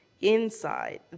inside